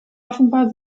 offenbar